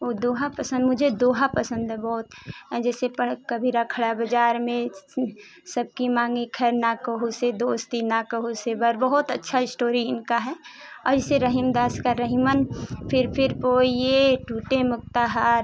वो दोहा पसंद मुझे दोहा पसंद है बहुत जैसे कबीरा खड़ा बाज़ार में सबकी माँगे खैर ना कहु से दोस्ती ना कहु से बैर बहुत अच्छा इश्टोरी इनका है औ इसे रहीम दास का रहिमन फिर फिर पोइए टूटे मुक्ता हार